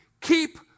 keep